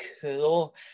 cool